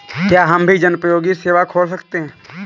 क्या हम भी जनोपयोगी सेवा खोल सकते हैं?